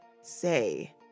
say